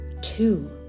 Two